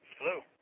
Hello